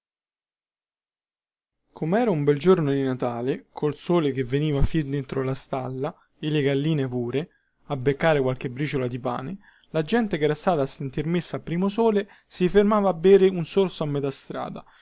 comera un bel giorno di natale col sole che veniva fin dentro la stalla e le galline pure a beccare qualche briciola di pane la gente che era stata a sentir messa a primosole si fermava a bere un sorso a metà strada